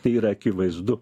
tai yra akivaizdu